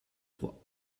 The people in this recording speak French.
trois